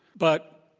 but,